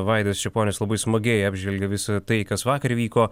vaidas čeponis labai smagiai apžvelgė visą tai kas vakar vyko